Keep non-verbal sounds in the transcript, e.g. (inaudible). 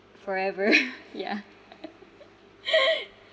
forever (laughs) yeah